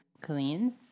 clean